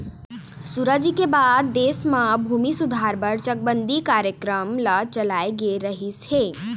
सुराजी के बाद देश म भूमि सुधार बर चकबंदी कार्यकरम चलाए गे रहिस हे